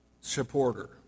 supporter